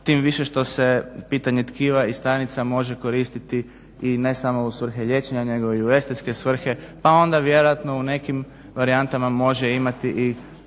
tim više što se pitanje tkiva i stanica može koristiti i ne samo u svrhe liječenja nego i u estetske svrhe, pa onda vjerojatno u nekim varijantama može imati i